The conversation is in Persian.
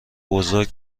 بزرگ